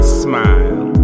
smile